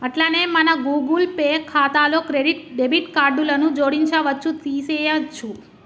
అట్లనే మన Google Pay ఖాతాలో క్రెడిట్ డెబిట్ కార్డులను జోడించవచ్చు తీసేయొచ్చు